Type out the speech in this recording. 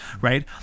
Right